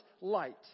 light